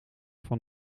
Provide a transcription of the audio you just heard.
van